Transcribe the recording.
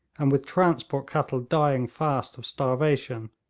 and with transport cattle dying fast of starvation,